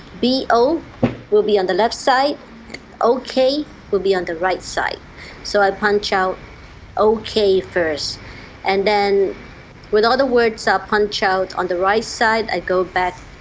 b o will be on the left side o k will be on the right side so i punch out o k first and then when all the words are punched out on the right side i go back